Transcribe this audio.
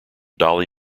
dolly